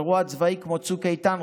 אירוע צבאי כמו צוק איתן,